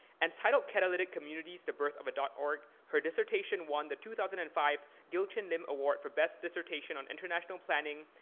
and, titled catalytic communities, the birth of a org, her dissertation won the two thousand and five gill-chin lim award for best dissertation on international planning,